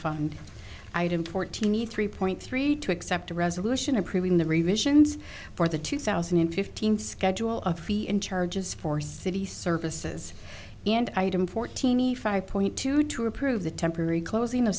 fund item fourteen e three point three to accept a resolution approving the revisions for the two thousand and fifteen schedule of charges for city services and item fortini five point two to approve the temporary closing